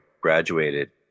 graduated